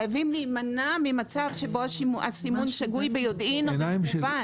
חייבים להימנע ממצב שבו הסימון שגוי ביודעין או במכוון.